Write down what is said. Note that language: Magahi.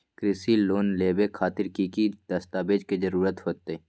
कृषि लोन लेबे खातिर की की दस्तावेज के जरूरत होतई?